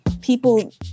people